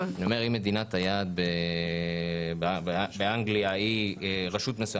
אם מדינת היעד באנגליה היא רשות מסוימת,